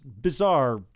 bizarre